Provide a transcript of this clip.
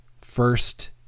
first